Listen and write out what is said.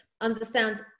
understands